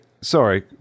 sorry